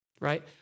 Right